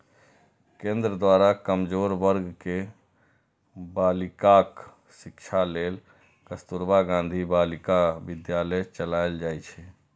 केंद्र द्वारा कमजोर वर्ग के बालिकाक शिक्षा लेल कस्तुरबा गांधी बालिका विद्यालय चलाएल जाइ छै